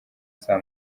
saa